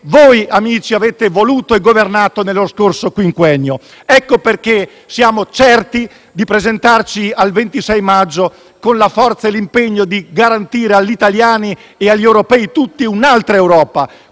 voi, amici, avete voluto e governato nello scorso quinquennio. Ecco perché siamo certi di presentarci il 26 maggio con la forza e l'impegno di garantire agli italiani e agli europei tutti un'altra Europa,